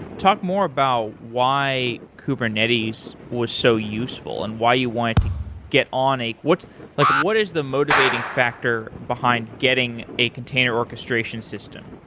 talk more about why kubernetes was so useful and why you wanted to get on a like what is the motivating factor behind getting a container orchestration system?